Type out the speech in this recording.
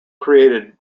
created